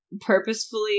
purposefully